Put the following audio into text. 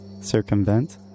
Circumvent